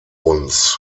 uns